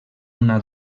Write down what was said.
una